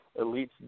elites